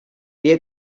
dia